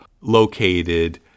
located